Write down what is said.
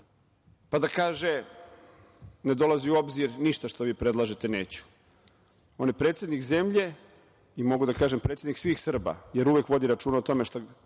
pa da kaže – ne dolazi u obzir, ništa što vi predlažete neću. On je predsednik zemlje i mogu da kažem predsednik svih Srba, jer uvek vodi računa o tome, šta